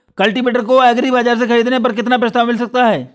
Cultivator को agri बाजार से ख़रीदने पर कितना प्रस्ताव मिल सकता है?